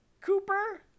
Cooper